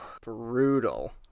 Brutal